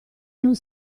non